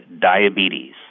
diabetes